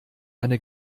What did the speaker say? eine